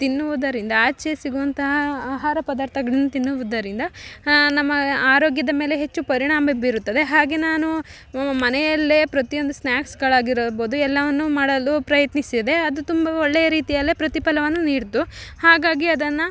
ತಿನ್ನುವುದರಿಂದ ಆಚೆ ಸಿಗುವಂತಹ ಆಹಾರ ಪದಾರ್ಥಗಳ್ನ ತಿನ್ನುವುದರಿಂದ ನಮ್ಮ ಆರೋಗ್ಯದ ಮೇಲೆ ಹೆಚ್ಚು ಪರಿಣಾಮ ಬೀರುತ್ತದೆ ಹಾಗೆ ನಾನು ಮನೆಯಲ್ಲೇ ಪ್ರತಿಯೊಂದು ಸ್ನಾಕ್ಸ್ಗಳಾಗಿರಬೋದು ಎಲ್ಲವನ್ನು ಮಾಡಲು ಪ್ರಯತ್ನಿಸಿದೆ ಅದು ತುಂಬ ಒಳ್ಳೆ ರೀತಿಯಲ್ಲೇ ಪ್ರತಿಫಲವನ್ನು ನೀಡಿತು ಹಾಗಾಗಿ ಅದನ್ನು